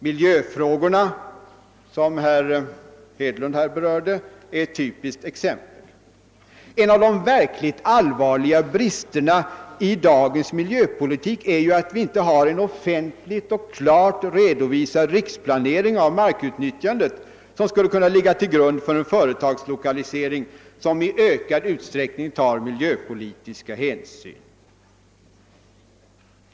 Miljöfrågorna, som herr Hedlund här berörde, är ett typiskt exempel. En av de verkligt allvarliga bristerna i dagens miljöpolitik är ju att vi inte har en offentlig och klart redovisad riksplanering av markutnyttjandet, som skulle kunna ligga till grund för en företagslokalisering vilken i ökad utsträckning tar miljöpolitiska hänsyn.